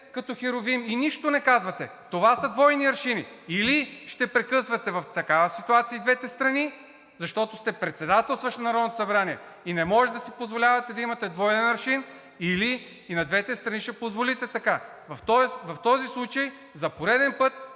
като херувим и нищо не казвате. Това са двойни аршини. Или ще прекъсвате в такава ситуация и двете страни, защото сте председателстващ Народното събрание и не може да си позволявате да имате двоен аршин, или и на двете страни ще позволите така. В този случай за пореден път